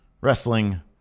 wrestling